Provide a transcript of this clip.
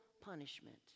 punishment